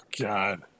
God